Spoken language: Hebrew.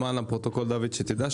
למען הפרוטוקול שתדע,